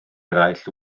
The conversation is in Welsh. eraill